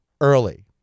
early